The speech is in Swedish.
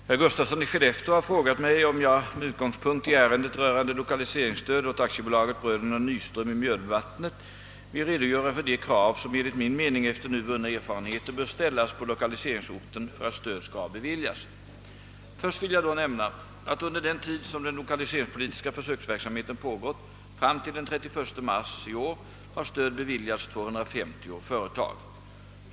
Herr talman! Herr Gustafsson i Skellefteå "har frågat mig om jag med ut gångspunkt i ärendet rörande lokaliseringstöd åt AB Bröderna Nyström i Mjödvattnet vill redogöra för de krav som enligt min mening efter nu vunna erfarenheter bör ställas på lokaliseringsorten för att stöd skall beviljas. Först vill jag då nämna att under den tid som den lokaliseringspolitiska försöksverksamheten pågått fram till den 31 mars 1967 har stöd beviljats 250 företag.